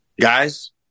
guys